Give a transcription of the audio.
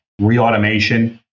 re-automation